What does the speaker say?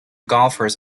golfers